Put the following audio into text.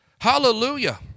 Hallelujah